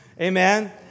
amen